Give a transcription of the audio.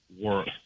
work